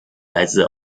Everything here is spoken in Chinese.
来自